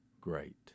great